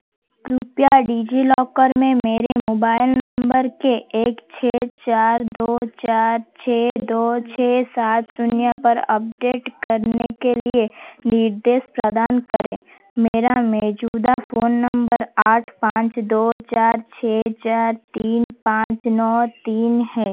कृपया डिजिलॉकर में मेरे मोबाइल नंबर के एक छः चार दो चार छः दो छः सात शून्य पर अपडेट करने के लिए निर्देश प्रदान करें मेरा मौजूदा फ़ोन नंबर आठ पाँच दो चार छः चार तीन पाँच नौ तीन है